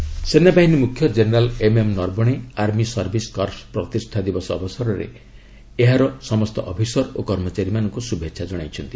army raising day ସେନାବାହିନୀ ମୁଖ୍ୟ general M M Naravane army ସଭିସ୍ କର୍ସ୍ୱ ପ୍ରତିଷ୍ଠା ଦିବସ ଅବସରରେ ଏହାର ସମସ୍ତ ଅଫିସର ଓ କର୍ମଚାରୀମାନଙ୍କୁ ଶୁଭେଚ୍ଛା ଜଣାଇଛନ୍ତି